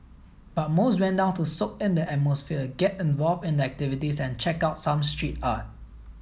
but most went down to soak in the atmosphere get involved in the activities and check out some street art